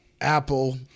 Apple